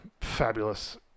fabulous